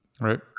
Right